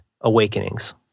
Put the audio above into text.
Awakenings